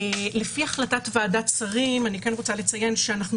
לפי החלטת ועדת שרים אני רוצה לציין שאנחנו